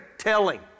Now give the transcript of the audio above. telling